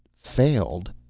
failed?